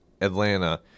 Atlanta –